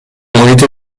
محیط